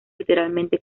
literalmente